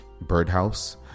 Birdhouse